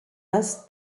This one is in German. das